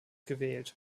gewählt